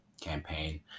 campaign